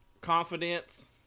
confidence